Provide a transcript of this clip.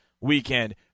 weekend